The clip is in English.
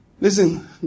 Listen